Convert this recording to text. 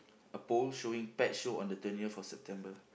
a pole showing pet show on the twentieth of September